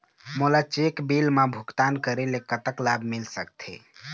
मोला cheque bill मा भुगतान करेले कतक लाभ मिल सकथे?